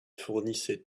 fournissait